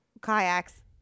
kayaks